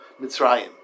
Mitzrayim